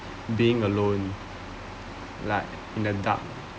being alone like in the dark